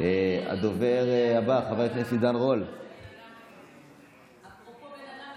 הדובר הבא, חבר הכנסת